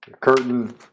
curtain